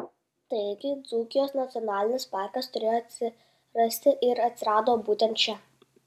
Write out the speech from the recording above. taigi dzūkijos nacionalinis parkas turėjo atsirasti ir atsirado būtent čia